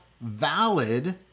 valid